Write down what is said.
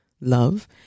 love